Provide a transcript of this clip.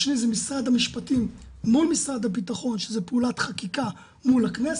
השני זה משרד המשפטים מול משרד הבטחון שזו פעולת חקיקה מול הכנסת,